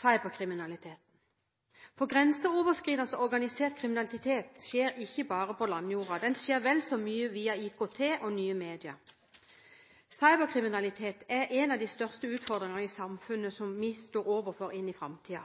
cyberkriminaliteten – grenseoverskridende organisert kriminalitet – skjer ikke bare på landjorda, den skjer vel så mye via IKT og nye medier. Cyberkriminalitet er en av de største utfordringene samfunnet vil stå overfor i framtiden. Interpellanten viste i sitt innlegg til hendelser som så absolutt synliggjør alvorlighetsgraden av disse angrepene. I